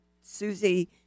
Susie